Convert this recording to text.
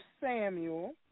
Samuel